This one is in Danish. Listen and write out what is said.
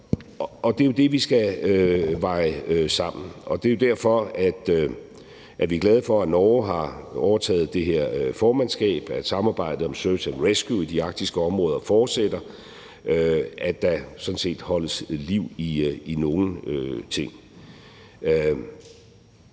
Det er jo det, vi skal veje sammen, og det er derfor, vi er glade for, at Norge har overtaget det her formandskab, at samarbejdet om search and rescue i de arktiske områder fortsætter, og at der sådan set holdes liv i nogle ting.